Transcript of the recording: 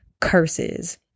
curses